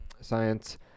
science